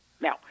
Now